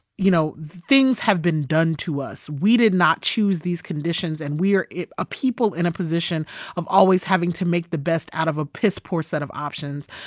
you know, things have been done to us. we did not choose these conditions, and we are a people in a position of always having to make the best out of a piss-poor set of options.